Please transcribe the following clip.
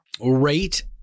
rate